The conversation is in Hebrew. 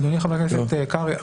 אדוני חבר הכנסת קרעי,